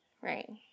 right